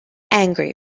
angry